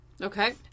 Okay